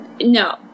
No